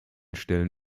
stellen